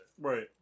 Right